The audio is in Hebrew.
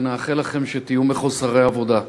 ונאחל לכם שתהיו מחוסרי עבודה.